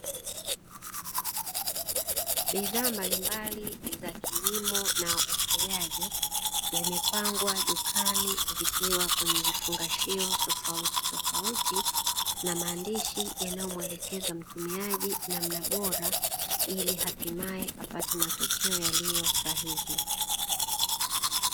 Bidhaa mbalimbali za kilimo na ufugaji, zimepangwa dukani zikiwa kwenye vifungashio tofautitofauti, na maandishi yanayomwelekeza mtumiaji namna bora, ili hatimaye apate matokeo yaliyo sahihi.